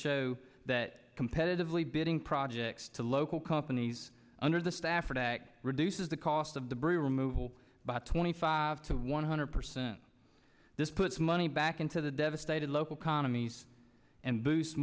show that competitively bidding projects to local companies under the stafford act reduces the cost of debris removal by twenty five to one hundred percent this puts money back into the devastated local commies and boost